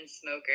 smoker